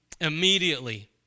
Immediately